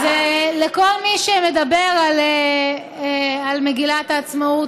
אז לכל מי שמדבר על מגילת העצמאות,